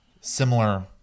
similar